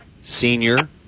senior